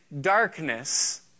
darkness